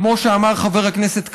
כמו שאמר חבר הכנסת כבל,